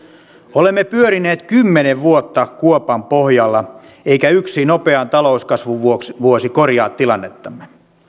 olemme pyörineet kymmenen vuotta kuopan pohjalla eikä yksi nopean talouskasvun vuosi yksin korjaa tilannettamme